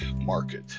market